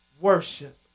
worship